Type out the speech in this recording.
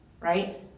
right